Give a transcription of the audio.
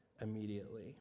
immediately